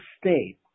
state